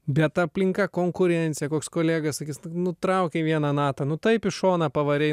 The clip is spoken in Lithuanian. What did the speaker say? bet aplinka konkurencija koks kolega sakys nutraukei vieną natą nu taip į šoną pavarei